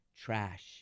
trash